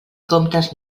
comptes